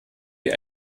wie